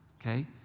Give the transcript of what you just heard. okay